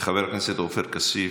חבר הכנסת עופר כסיף,